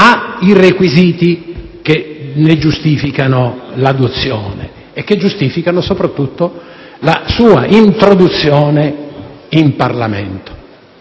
ha i requisiti che ne giustificano l'adozione e, soprattutto, la sua introduzione in Parlamento;